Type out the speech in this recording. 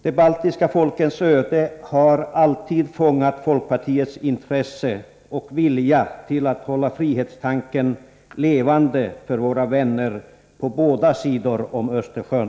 De baltiska folkens öde har alltid fångat folkpartiets intresse och aktualiserat vår vilja att hålla frihetstanken levande för våra vänner på båda sidor om Östersjön.